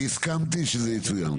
אני הסכמתי שזה יצוין כאן.